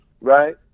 Right